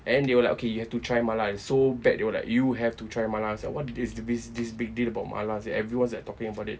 and they were like okay you have to try mala they so bad you know like you have to try mala I was like what this this this big deal about mala sia everyone's like talking about it